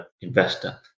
investor